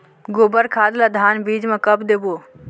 गोबर खाद ला धान बीज म कब देबो?